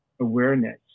awareness